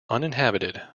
uninhabited